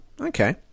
Okay